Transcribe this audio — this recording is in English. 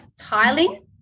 tiling